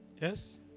Yes